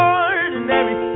ordinary